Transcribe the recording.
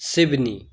Seoni